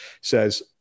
says